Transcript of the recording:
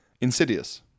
Insidious